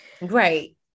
Right